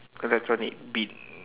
cause that's why need beat